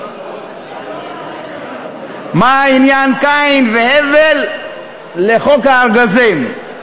מה עניין קין והבל לחוק הארגזים?